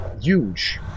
huge